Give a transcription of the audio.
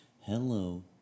Hello